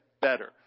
better